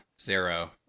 Zero